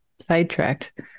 sidetracked